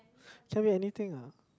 can be anything ah